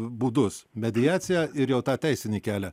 būdus mediacija ir jau tą teisinį kelią